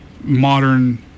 modern